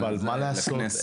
מה לעשות?